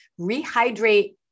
rehydrate